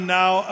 now